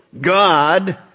God